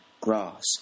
grass